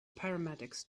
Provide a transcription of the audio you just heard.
paramedics